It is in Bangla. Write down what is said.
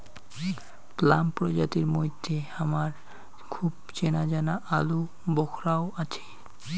প্লাম প্রজাতির মইধ্যে হামার খুব চেনাজানা আলুবোখরাও আছি